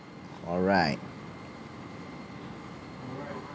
alright